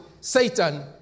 Satan